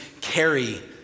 carry